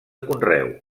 conreu